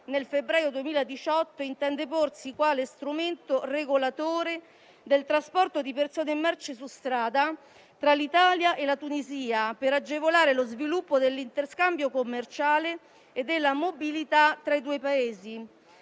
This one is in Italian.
nel febbraio 2018, intende porsi quale strumento regolatore del trasporto di persone e merci su strada tra l'Italia e la Tunisia, per agevolare lo sviluppo dell'interscambio commerciale e della mobilità tra i due Paesi.